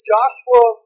Joshua